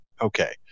okay